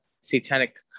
satanic